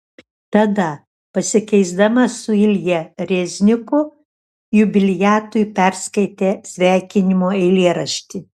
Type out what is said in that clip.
tada pasikeisdama su ilja rezniku jubiliatui perskaitė sveikinimo eilėraštį